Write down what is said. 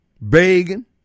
begging